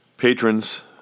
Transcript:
Patrons